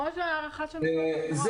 כמו ההערכה של משרד התחבורה.